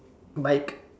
bike